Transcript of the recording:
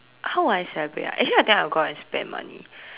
how would I celebrate ah actually I think I will go out and spend money